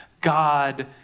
God